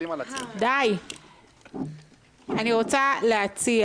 אני רוצה להציע